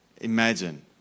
Imagine